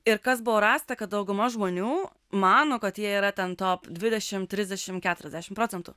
ir kas buvo rasta kad dauguma žmonių mano kad jie yra ten top dvidešim trisdešim keturiasdešim procentų